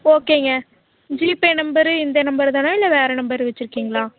ஓகேங்க GPay number இந்த number தானா இல்லை வேறு நம்பர் வச்சிருக்கீங்களா